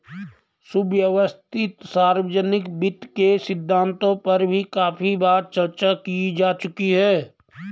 सुव्यवस्थित सार्वजनिक वित्त के सिद्धांतों पर भी काफी बार चर्चा की जा चुकी है